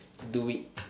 do it